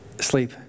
Sleep